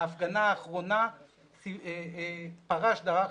בהפגנה האחרונה פרש דרך,